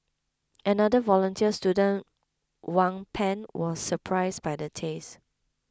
another volunteer student Wang Pan was surprised by the taste